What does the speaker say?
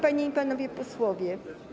Panie i Panowie Posłowie!